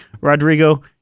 Rodrigo